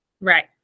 Right